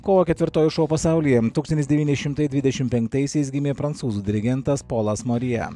kovo ketvirtoji šou pasaulyje tūkstantis devynišimtai dvidešim penktaisiais gimė prancūzų dirigentas polas marija